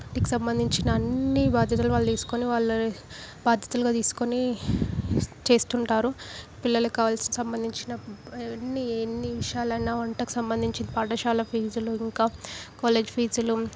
ఇంటికి సంబంధించిన అన్ని బాధ్యతలు వాళ్ళు తీసుకుని వాళ్ళ బాధ్యతలుగా తీసుకొని చేస్తుంటారు పిల్లలకు కావలసిన సంబంధించిన అన్ని ఎన్ని విషయాలైనా వంటకి సంబంధించి పాఠశాల ఫీజులు ఇంకా కాలేజ్ ఫీసులు